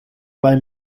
bei